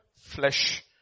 flesh